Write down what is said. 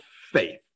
faith